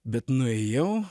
bet nuėjau